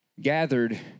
gathered